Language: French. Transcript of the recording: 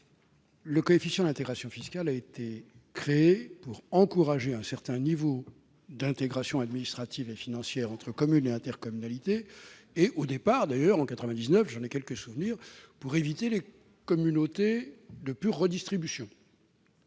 Le coefficient d'intégration fiscale a été créé pour encourager un certain niveau d'intégration administrative et financière entre communes et intercommunalités, et ceci, à l'origine, en 1999- j'en ai quelques souvenirs -, pour éviter les communautés de pure redistribution.